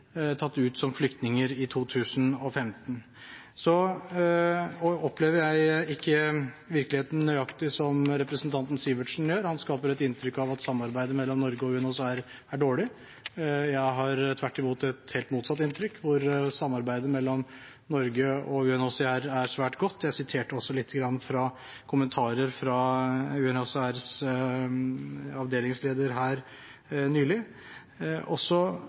tatt ut som flyktninger i 2015. Så opplever jeg ikke virkeligheten nøyaktig som representanten Sivertsen gjør. Han skaper et inntrykk av at samarbeidet mellom Norge og UNHCR er dårlig. Jeg har tvert imot et helt motsatt inntrykk, at samarbeidet mellom Norge og UNHCR er svært godt, og jeg siterte også nylig kommentarer fra